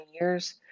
years